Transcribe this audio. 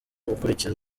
gukurikiza